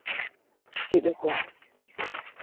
ᱪᱮᱫ ᱟᱠᱚᱣᱟ